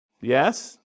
Yes